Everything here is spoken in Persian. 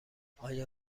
آیا